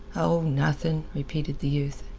oh, nothing, repeated the youth.